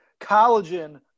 collagen